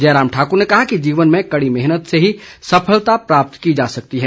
जयराम ठाकुर ने कहा कि जीवन में कड़ी मेहनत से ही सफलता प्राप्त की जा सकती है